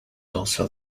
also